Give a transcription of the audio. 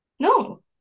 No